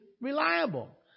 reliable